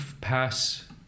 pass